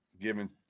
giving